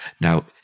Now